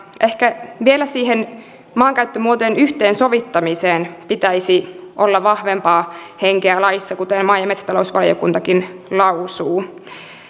ehkä vielä siihen maankäyttömuotojen yhteensovittamiseen pitäisi olla vahvempaa henkeä laissa kuten maa ja metsätalousvaliokuntakin lausuu